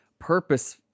purpose